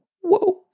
Whoa